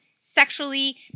sexually